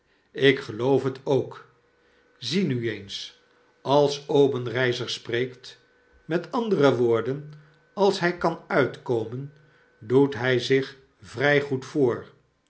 ik geloof het ook zie nu eens als obenreizer spreekt met andere woorden ais hfl kan uitkomen doet hg zich vrg goed voor